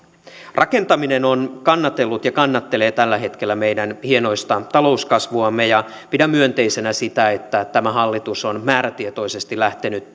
rakentaminen on kannatellut ja kannattelee tällä hetkellä meidän hienoista talouskasvuamme ja pidän myönteisenä sitä että tämä hallitus on määrätietoisesti lähtenyt